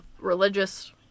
religious